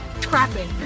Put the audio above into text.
trapping